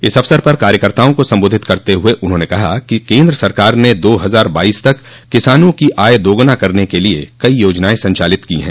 इस अवसर पर कार्यकर्ताओं को संबोधित करते हुए उन्होंने कहा कि केन्द सरकार ने दो हजार बाईस तक किसानों की आय दोगुना करने के लिये कई योजनाएं संचालित की हैं